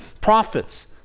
prophets